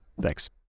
Thanks